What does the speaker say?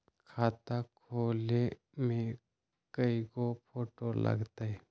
खाता खोले में कइगो फ़ोटो लगतै?